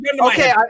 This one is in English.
Okay